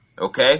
okay